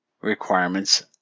requirements